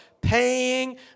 paying